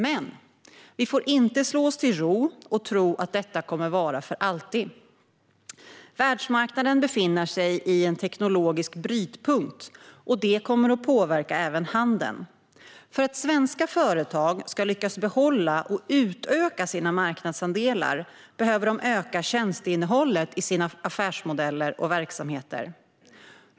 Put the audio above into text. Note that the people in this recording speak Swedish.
Men vi får inte slå oss till ro och tro att detta kommer att vara för alltid. Världsmarknaden befinner sig i en teknologisk brytpunkt och det kommer att påverka även handeln. För att svenska företag ska lyckas behålla och utöka sina marknadsandelar behöver de öka tjänsteinnehållet i sina affärsmodeller och verksamheter.